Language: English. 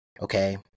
okay